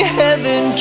heaven